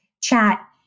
chat